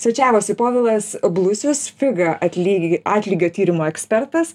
svečiavosi povilas blusius figa atligi atlygio tyrimo ekspertas